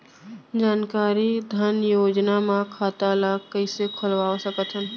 जानकारी धन योजना म खाता ल कइसे खोलवा सकथन?